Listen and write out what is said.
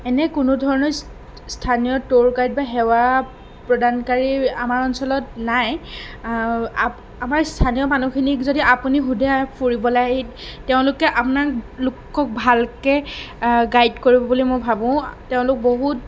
এনে কোনো ধৰণৰ স্থানীয় টোৰ গাইড বা সেৱা প্ৰদানকাৰী আমাৰ অঞ্চলত নাই আমাৰ স্থানীয় মানুহখিনিক যদি আপুনি সুধে ফুৰিবলৈ আহি তেওঁলোকে আপোনাক খুব ভালকৈ গাইড কৰিব বুলি মই ভাবোঁ তেওঁলোক বহুত